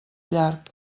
llarg